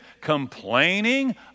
complaining